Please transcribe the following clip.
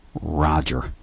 Roger